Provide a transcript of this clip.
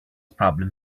problem